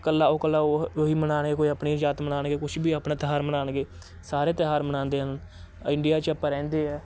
ਇਕੱਲਾ ਉਹ ਇਕੱਲਾ ਉ ਉਹ ਹੀ ਮਨਾਉਣੇ ਕੋਈ ਆਪਣੀ ਜਾਤ ਮਨਾਣਗੇ ਕੁਛ ਵੀ ਆਪਣਾ ਤਿਉਹਾਰ ਮਨਾਉਣਗੇ ਸਾਰੇ ਤਿਉਹਾਰ ਮਨਾਉਂਦੇ ਹਨ ਇੰਡੀਆ 'ਚ ਆਪਾਂ ਰਹਿੰਦੇ ਹੈ